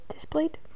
displayed